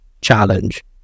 challenge